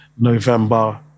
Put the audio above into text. November